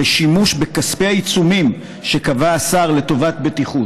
לשימוש בכספי העיצומים שקבע השר לטובת בטיחות?